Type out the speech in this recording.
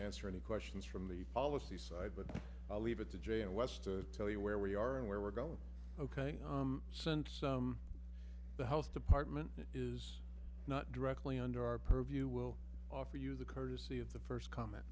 answer any questions from the policy side but i'll leave it to jay and wes to tell you where we are and where we're going ok sent the health department is not directly under our purview we'll offer you the courtesy of the first comment